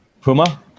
Puma